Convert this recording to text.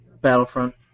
Battlefront